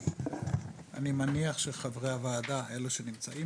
אני מניח שחברי הוועדה אלו שנמצאים